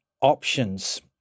options